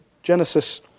Genesis